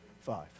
five